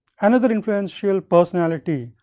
another influential personality,